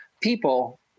people